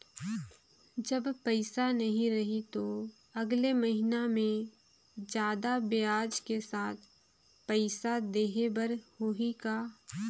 जब पइसा नहीं रही तो अगले महीना मे जादा ब्याज के साथ पइसा देहे बर होहि का?